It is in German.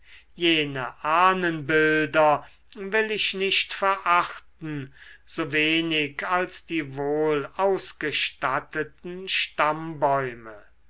jene ahnenbilder will ich nicht verachten so wenig als die wohl ausgestatteten stammbäume